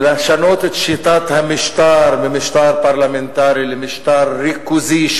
לשנות את שיטת המשטר ממשטר פרלמנטרי למשטר ריכוזי,